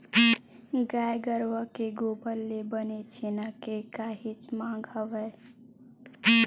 गाय गरुवा के गोबर ले बने छेना के काहेच मांग हवय